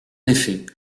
effet